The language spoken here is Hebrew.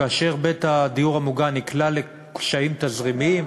כאשר בית הדיור המוגן נקלע לקשיים תזרימיים,